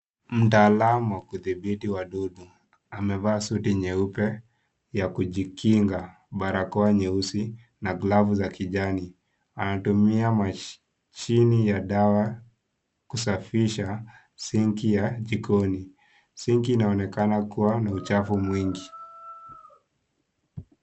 Mtaalamu wa kudhibiti wadudu. Amevaa suti nyeupe ya kujikinga, barakoa nyeusi na glavu za kijani. Anatumia mashine ya dawa kusafisha sinki ya jikoni. Sinki inaonekana kuwa na uchafu mwingi.